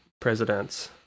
presidents